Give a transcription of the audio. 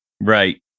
Right